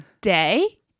day